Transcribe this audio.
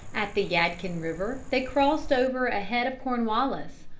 at the yadkin river they crossed over ahead of cornwallis,